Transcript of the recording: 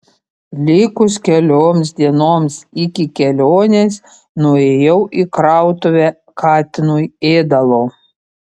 likus kelioms dienoms iki kelionės nuėjau į krautuvę katinui ėdalo